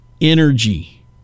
energy